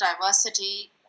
diversity